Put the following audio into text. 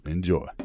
Enjoy